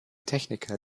techniker